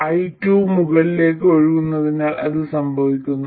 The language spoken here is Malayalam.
i2 മുകളിലേക്ക് ഒഴുകുന്നതിനാൽ ഇത് സംഭവിക്കുന്നു